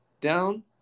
down